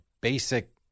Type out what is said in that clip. basic